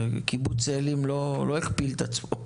קיבוץ צאלים לא הכפיל את עצמו.